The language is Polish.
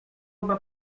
oba